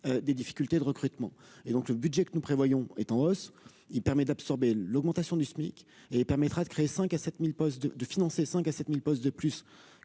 des difficultés de recrutement, et donc le budget que nous prévoyons, est en hausse, il permet d'absorber l'augmentation du SMIC et permettra de créer 5 à 7000 postes de de financer 5 à 7000 postes de plus